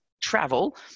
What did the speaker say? travel